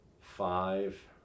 five